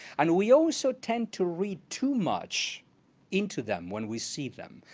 and we also tend to read too much into them when we see them.